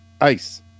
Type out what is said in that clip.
ice